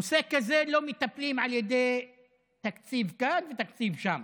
בנושא כזה לא מטפלים על ידי תקציב כאן ותקציב שם,